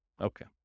Okay